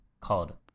called